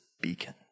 Beacon